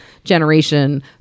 Generation